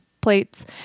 plates